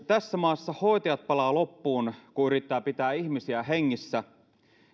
tässä maassa hoitajat palavat loppuun kun yrittävät pitää ihmisiä hengissä joten ihmettelen